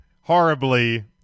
horribly